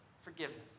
forgiveness